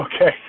okay